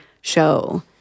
show